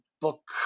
book